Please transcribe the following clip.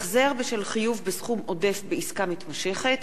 (החזר בשל חיוב סכום עודף בעסקה מתמשכת),